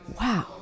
wow